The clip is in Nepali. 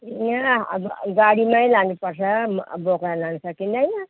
ए अब गाडीमै लानुपर्छ म बोकाएर लानु सकिँदैन